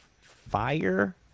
fire